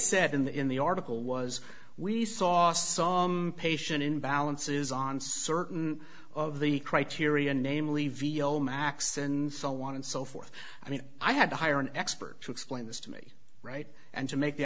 said in the article was we saw some patient in balances on certain of the criteria namely vio max and so on and so forth i mean i had to hire an expert to explain this to me right and to make the